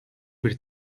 bir